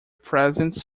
presence